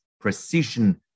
precision